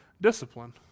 discipline